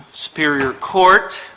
superior court.